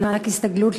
מענק הסתגלות,